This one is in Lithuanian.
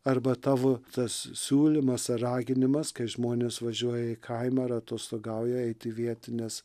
arba tavo tas siūlymas raginimas kai žmonės važiuoja į kaimą ar atostogauja eit į vietines